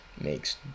makes